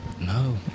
No